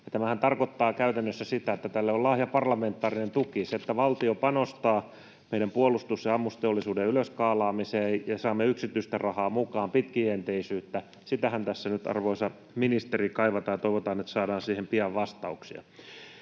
tämähän tarkoittaa käytännössä sitä, että tälle on laaja parlamentaarinen tuki. Kun valtio panostaa meidän puolustus- ja ammusteollisuuden ylös skaalaamiseen ja saamme yksityistä rahaa mukaan, pitkäjänteisyyttä, niin sitähän tässä nyt, arvoisa ministeri, kaivataan ja toivotaan, että saadaan siihen pian vastauksia.